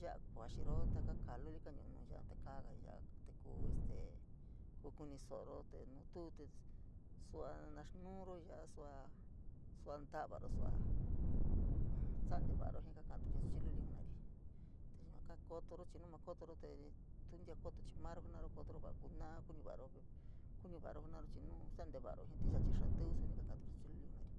ya’a kuaxiiro taka kaa lulia nu’u nu yaa, te kaaga ya’a te kuu este ku kuni so’oro te nutuute sua’a nas nuuro ya’a ñ, suaa ntavaro, sua, maa sa’a ntevaro jii kakatuyo jii suchi luli jenai, te yua kootoro chii nu maa kootoro tuo ntia koto, chii maaro jenaro kotoro va kuuna’a kuñavaro, kuñavaro jenaro nuu saa ntevaro jii te yachi xaa tíví, suni kakaturi jii suchi, luliun jenaii.